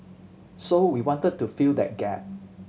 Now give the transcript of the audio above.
so we wanted to fill that gap